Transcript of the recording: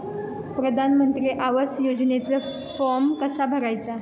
प्रधानमंत्री आवास योजनेचा फॉर्म कसा भरायचा?